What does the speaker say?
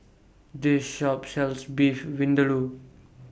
This Shop sells Beef Vindaloo